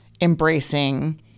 embracing